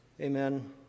Amen